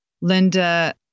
Linda